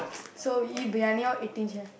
so we eat briyani or Eighteen-Chefs